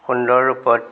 সুন্দৰ ৰূপত